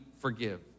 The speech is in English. forgive